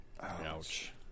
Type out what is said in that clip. Ouch